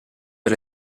per